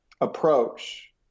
approach